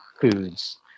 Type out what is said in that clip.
foods